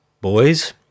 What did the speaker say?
boys